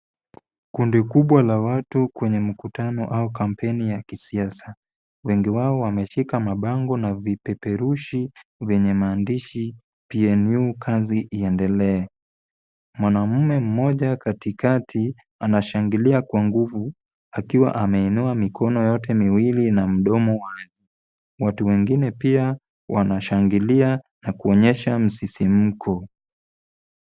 Kundi kubwa la watu kwenye mkutano au kampeni ya kisiasa , wengi wao wameshika mabango na vipeperushi vyenye maandishi PNU Kazi Iendelee .Mwanamme mmoja katikati anashangilia kwa nguvu akiwa ameinua mikono yote miwili na mdomo wazi .Watu wengine pia wanashangilia na kuonyesha msisimko.